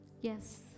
Yes